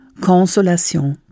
Consolation